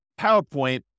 PowerPoint